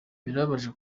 birababaje